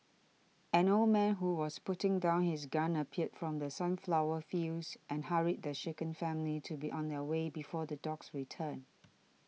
an old man who was putting down his gun appeared from the sunflower fields and hurried the shaken family to be on their way before the dogs return